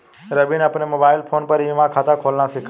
रवि ने अपने mobile phone पर ई बीमा खाता खोलना सीखा